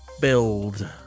Build